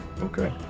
Okay